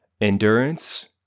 Endurance